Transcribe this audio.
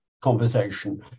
conversation